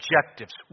objectives